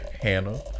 Hannah